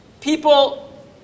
people